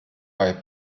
bei